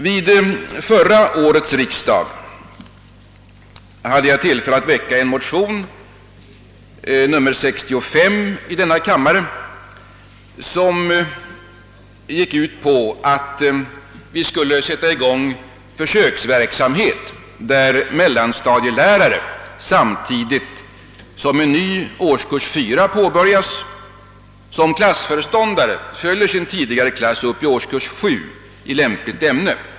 Vid förra årets riksdag hade jag tillfälle att väcka en motion, nr 65 i denna kammare, som gick ut på att vi skulle sätta i gång försöksverksamhet, varvid mellanstadielärare, samtidigt som de fick en ny årskurs 4, som klassföreståndare skulle följa sin tidigare klass upp i årskurs 7 i lämpligt ämne.